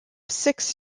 six